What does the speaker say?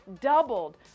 doubled